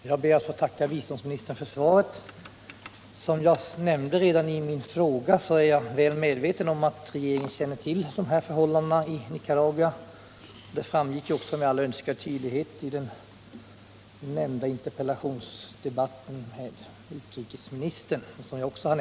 Herr talman! Jag ber att få tacka biståndsministern för svaret. Som jag nämnde redan i min fråga är jag väl medveten om att regeringen känner till förhållandena i Nicaragua — det framgick också med all önskvärd tydlighet i den nämnda interpellationsdebatten med utrikesministern.